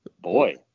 boy